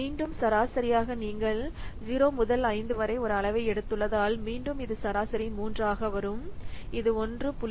மீண்டும் சராசரியாக நீங்கள் 0 முதல் 5 வரை ஒரு அளவை எடுத்துள்ளதால் மீண்டும் இது சராசரி 3 ஆக வரும் இது 1